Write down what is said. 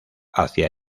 hacia